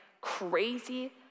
crazy